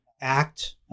act